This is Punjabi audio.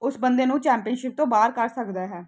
ਉਸ ਬੰਦੇ ਨੂੰ ਚੈਪੀਅਨਸ਼ਿਪ ਤੋਂ ਬਾਹਰ ਕਰ ਸਕਦਾ ਹੈ